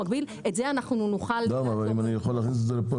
אם אני יכול להכניס את זה לפה,